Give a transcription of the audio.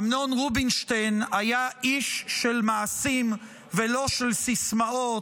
אמנון רובינשטיין היה איש של מעשים ולא של סיסמאות.